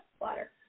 Water